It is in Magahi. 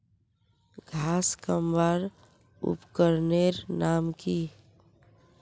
घांस कमवार उपकरनेर नाम की?